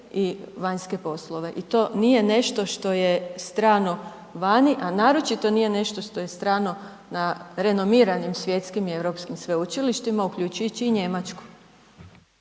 i vanjske poslove i to nije nešto što je strano vani, a naročito nije nešto što je strano na renomiranim svjetskim i europskih sveučilištima, uključujući i Njemačku.